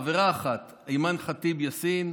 חברה אחת: אימאן ח'טיב יאסין,